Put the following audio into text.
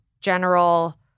general